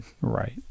Right